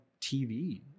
TV